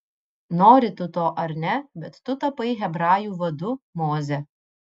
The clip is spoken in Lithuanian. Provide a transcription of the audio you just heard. nori tu to ar ne bet tu tapai hebrajų vadu moze